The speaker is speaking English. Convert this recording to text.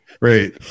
right